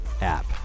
app